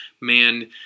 man